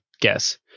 guess